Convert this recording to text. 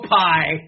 pie